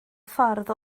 ffordd